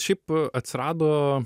šiaip atsirado